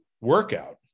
workout